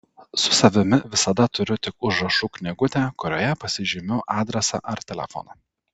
su savimi visada turiu tik užrašų knygutę kurioje pasižymiu adresą ar telefoną